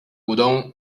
股东